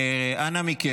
אנא מכם,